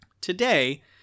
today